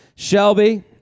Shelby